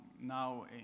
Now